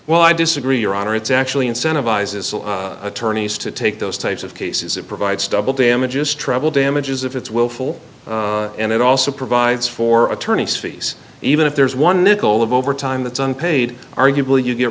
well i disagree your honor it's actually incentivizes attorneys to take those types of cases it provides double damages treble damages if it's willful and it also provides for attorney's fees even if there's one nickel of overtime that's unpaid arguably you get